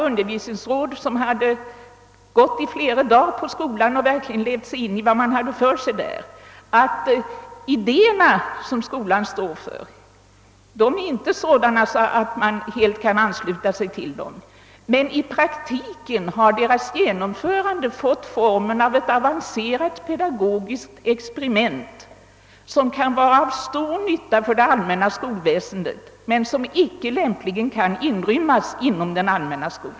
Undervisningsrådet, som hade gått omkring på skolan i flera dagar och verkligen levt sig in i vad man hade för sig där, uttalar att de idéer som skolan står för inte är sådana att man helt kan ansluta sig till dem, men i praktiken har deras genomförande fått formen av ett avancerat pedagogiskt experiment, som kan vara av stor nytta för det allmänna skolväsendet men som icke lämpligen kan inrymmas inom detta.